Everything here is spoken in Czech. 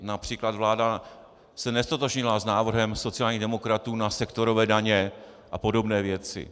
Například vláda se neztotožnila s návrhem sociálních demokratů na sektorové daně a podobné věci.